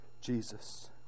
Jesus